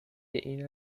این